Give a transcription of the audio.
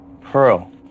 Pearl